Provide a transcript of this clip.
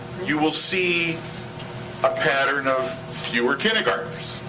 you will see a pattern of fewer kindergarteners.